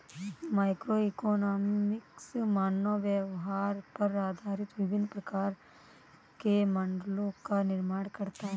microeconomics मानव व्यवहार पर आधारित विभिन्न प्रकार के मॉडलों का निर्माण करता है